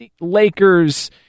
Lakers